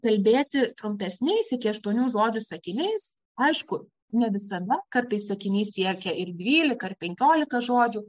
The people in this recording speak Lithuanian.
kalbėti trumpesniais iki aštuonių žodžių sakiniais aišku ne visada kartais sakinys siekia ir dvylika ar penkiolika žodžių